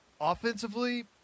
Offensively